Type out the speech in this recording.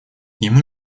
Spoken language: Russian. ему